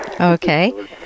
okay